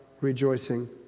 rejoicing